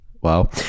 Wow